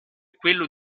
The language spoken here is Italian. quello